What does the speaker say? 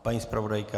Paní zpravodajka.